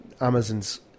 Amazon's